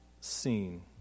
seen